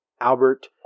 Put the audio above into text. Albert